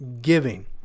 giving